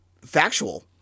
factual